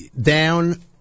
down